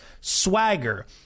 swagger